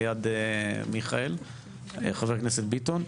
ליד חבר הכנסת מיכאל ביטון.